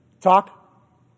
Talk